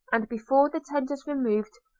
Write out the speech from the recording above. and before the tent is removed,